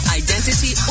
identity